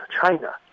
China